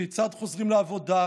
כיצד חוזרים לעבודה,